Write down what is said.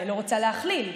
לא רוצה להכליל,